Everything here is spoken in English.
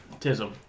Tism